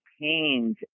pains